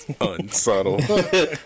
Unsubtle